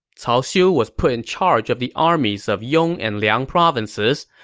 cao xiu was put in charge of the armies of yong and liang provinces,